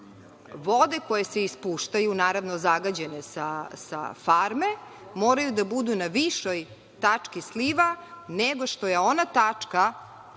vode koje se ispuštaju, naravno zagađene sa farme, moraju da budu na višoj tački sliva nego što je ona tačka